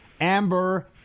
Amber